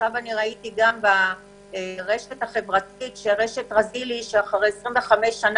ראיתי עכשיו גם ברשת החברתית שרשת "רזילי" נסגרת אחרי 25 שנה,